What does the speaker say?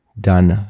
done